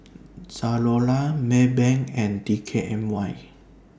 Zalora Maybank and D K N Y